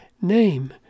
name